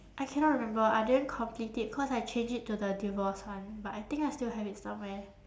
I cannot remember I didn't complete it cause I changed it to the divorce one but I think I still have it somewhere